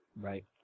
Right